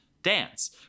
dance